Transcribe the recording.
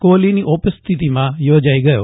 કોફલીની ઉપસ્થિતિમાં યોજાઈ ગયો